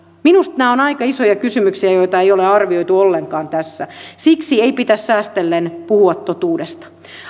minusta nämä ovat aika isoja kysymyksiä joita ei ole arvioitu ollenkaan tässä siksi ei pitäisi säästellen puhua totuudesta